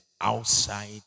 outside